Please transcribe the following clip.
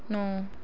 ਨੌ